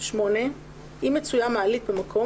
(8)אם מצויה מעלית במקום,